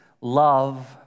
love